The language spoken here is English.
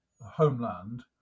homeland